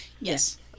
Yes